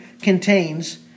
contains